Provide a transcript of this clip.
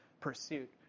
pursuit